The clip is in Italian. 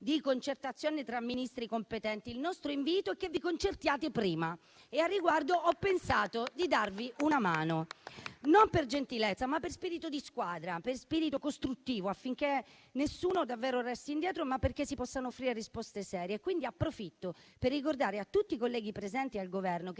di concertazione tra Ministri competenti: il nostro invito è che vi concertiate prima e, al riguardo, ho pensato di darvi una mano, non per gentilezza, ma per spirito di squadra, per spirito costruttivo, affinché nessuno davvero resti indietro, ma perché si possano offrire risposte serie. Approfitto, quindi, per ricordare a tutti i colleghi presenti e al Governo che